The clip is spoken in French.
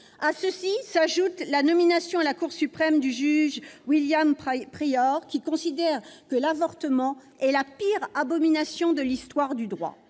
À cela s'ajoute la nomination à la Cour suprême du juge William Pryor, qui considère que « l'avortement est la pire abomination de l'histoire du droit.